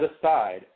aside